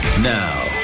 Now